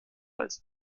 als